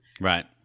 Right